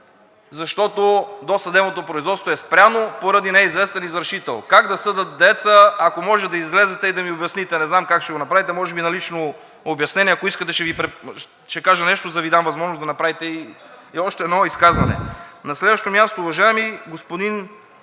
защото досъдебното производство е спряно поради неизвестен извършител? Как да съдя дееца? Ако може да излезете и да ми обясните. Не знам как ще го направите –може би на лично обяснение. Ако искате, ще кажа нещо, за да Ви дам възможност за още изказване. На следващо място. Уважаеми господин